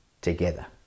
together